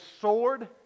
sword